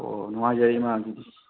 ꯑꯣ ꯑꯣ ꯅꯨꯡꯉꯥꯏꯖꯔꯦ ꯏꯃꯥ ꯑꯗꯨꯗꯤ